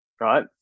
right